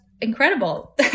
incredible